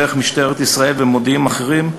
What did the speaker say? דרך משטרת ישראל ומודיעים אחרים,